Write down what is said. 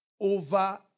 over